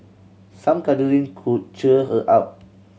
some cuddling could cheer her up